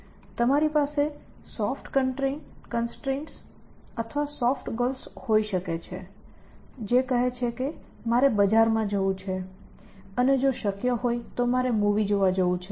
તમારી પાસે soft constraints અથવા સોફ્ટ ગોલ્સ હોઈ શકે છે જે કદાચ કહે છે કે મારે બજારમાં જવું છે અને જો શક્ય હોય તો મારે મૂવી જોવા જવું છે